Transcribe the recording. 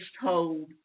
told